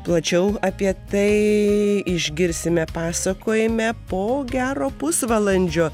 plačiau apie tai išgirsime pasakojame po gero pusvalandžio